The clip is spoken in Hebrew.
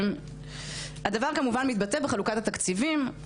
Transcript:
הדבר מתבטא כמובן בתקציבים.